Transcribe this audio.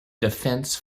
defense